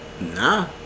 Nah